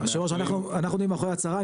אנחנו עומדים מאחורי ההצהרה.